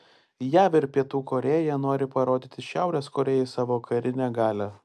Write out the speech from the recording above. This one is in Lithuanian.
jav ir pietų korėja nori parodyti šiaurės korėjai savo karinę galią